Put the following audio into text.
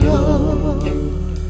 Lord